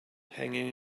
hanging